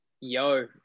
Yo